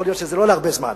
יכול להיות שזה לא להרבה זמן.